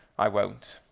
i won't?